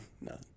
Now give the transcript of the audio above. No